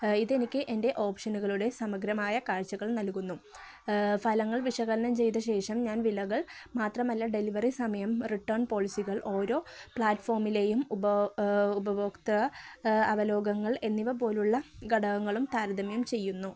ഇതെനിക്ക് എൻ്റെ ഓപ്ഷനുകളുടെ സമഗ്രമായ കാഴ്ചകൾ നൽകുന്നു ഫലങ്ങൾ വിശകലനം ചെയ്ത ശേഷം ഞാൻ വിലകൾ മാത്രമല്ല ഡെലിവറി സമയം റിട്ടേൺ പോളിസികൾ ഓരോ പ്ലാറ്റ്ഫോമിലെയും ഉപഭോക്തൃ അവലോകനങ്ങൾ എന്നിവ പോലുള്ള ഘടകങ്ങളും താരതമ്യം ചെയ്യുന്നു